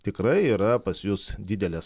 tikrai yra pas jus didelės